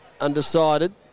Undecided